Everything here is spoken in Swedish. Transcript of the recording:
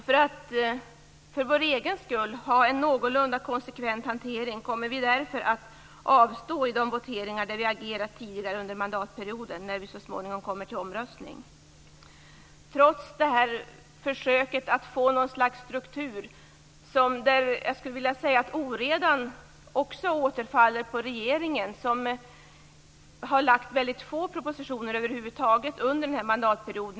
För att för vår egen skull få en någorlunda konsekvent hantering kommer vi att avstå i voteringarna om frågor där vi agerat tidigare under mandatperioden. Det finns en oreda som faller på regeringens ansvar. Man har lagt mycket få propositioner över huvud taget under mandatperioden.